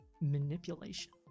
manipulation